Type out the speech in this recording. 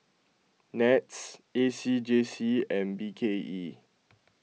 NETS A C J C and B K E